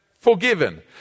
forgiven